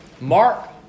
Mark